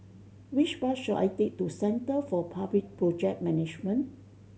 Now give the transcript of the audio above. which bus should I take to Centre for Public Project Management